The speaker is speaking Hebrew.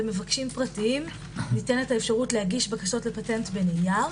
למבקשים פרטיים ניתנת האפשרות להגיש בקשות לפטנט בנייר